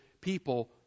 people